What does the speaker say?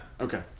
Okay